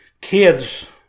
Kids